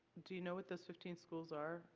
do you know the fifteen schools are?